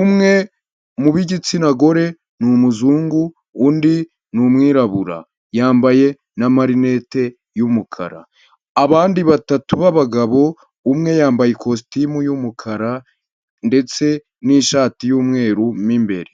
umwe mu b'igitsina gore ni umuzungu undi ni umwirabura, yambaye n’amarinete y’umukara abandi batatu b'abagabo umwe yambaye kositimu y'umukara ndetse n’ishati y'umweru mo imbere.